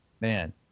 Man